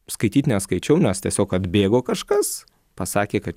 skaityt neskaičiau nes tiesiog atbėgo kažkas pasakė kad